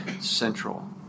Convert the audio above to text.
central